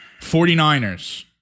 49ers